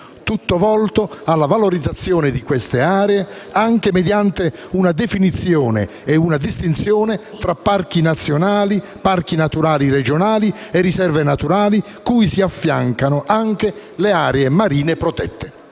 tutto volto alla valorizzazione di queste aree, anche mediante una definizione e una distinzione tra parchi nazionali, parchi naturali regionali e riserve naturali, cui si affiancano anche le aree marine protette.